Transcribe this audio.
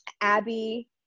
Abby